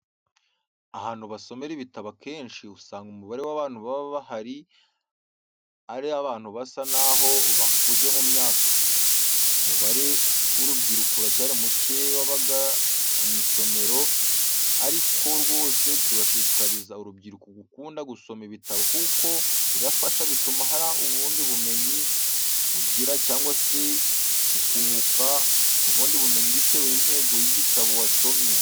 Ahantu basomera ibitabo akenshi usanga umubare w'abantu baba bahari ari abantu basa naho bakuze mu myaka, umubare w'urubyiro uracyari mucye wabagana amasomero, ariko rwose turashishikariza urubyiruko gukunda gusoma ibitabo kuko birafasha bituma hari ubundi bumenyi ugira cyangwa se ukunguka ubundi bumenyi bitewe n'intego y'igitabo wasomye.